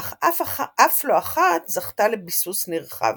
אך אף לא אחת זכתה לביסוס נרחב.